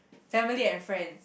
family and friends